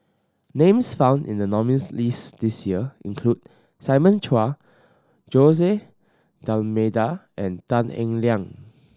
names found in the nominees' list this year include Simon Chua Jose D'Almeida and Tan Eng Liang